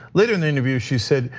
later in the interview, she said,